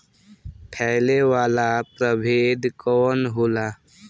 फैले वाला प्रभेद कौन होला?